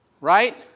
Right